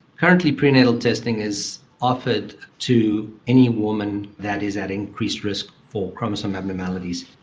currently pre-natal testing is offered to any woman that is at increased risk for chromosome abnormalities.